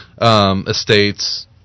estates